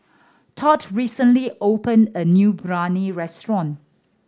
Tod recently opened a new Biryani restaurant